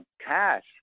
cash